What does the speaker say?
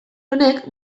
honek